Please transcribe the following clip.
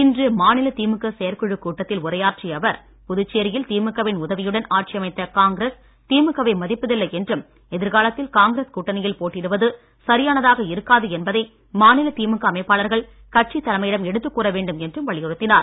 இன்று மாநில திமுக செயற்குழு கூட்டத்தில் உரையாற்றிய அவர் புதுச்சேரியில் திமுக வின் உதவியுடன் ஆட்சியமைத்த காங்கிரஸ் திமுக வை மதிப்பதில்லை என்றும் எதிர்காலத்தில் காங்கிரஸ் கூட்டணியில் போட்டியிடுவது சரியானதாக இருக்காது என்பதை மாநில திமுக அமைப்பாளர்கள் கட்சித் தலைமையிடம் எடுத்துக் கூற வேண்டும் என்றும் வலியுறுத்தினார்